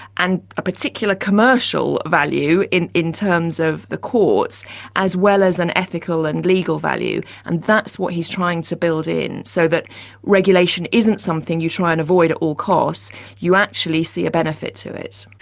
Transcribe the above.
and a particular commercial value in in terms of the courts as well as an ethical and legal value. and that's what he's trying to build in, so that regulation isn't something you try and avoid at all cost you actually see a benefit to it.